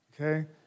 Okay